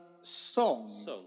song